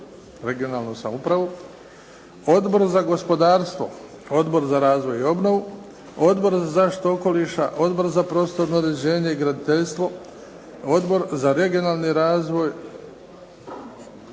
(regionalnu) samoupravu, Odbor za gospodarstvo, Odbor za razvoj i obnovu, Odbor za zaštitu okoliša, Odbor za prostorno uređenje i graditeljstvo, Odbor za regionalni razvoj,